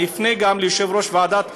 אני אפנה גם ליושב-ראש ועדת העבודה,